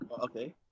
okay